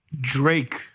Drake